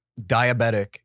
diabetic